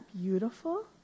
beautiful